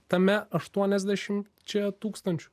tame aštuoniasdešim čia tūkstančių